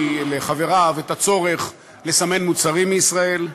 לחבריו את הצורך לסמן מוצרים מישראל.